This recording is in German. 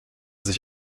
sich